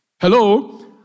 Hello